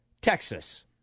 Texas